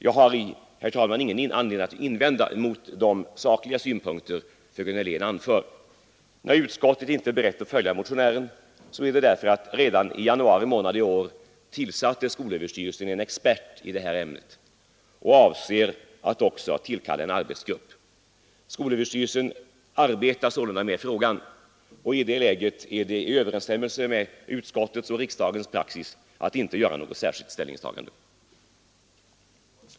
Jag har, herr talman, ingenting att invända mot de sakliga synpunkter fröken Hörlén anför. När utskottet inte är berett att följa motionären, är det därför att skolöverstyrelsen redan i januari i år tillsatte en expert i det här ämnet och också avser att tillkalla en arbetsgrupp. Skolöverstyrelsen arbetar således med frågan, och i det läget är det i överensstämmelse med utskottets och riksdagens praxis att inte göra något särskilt ställningstagande.